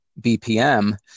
BPM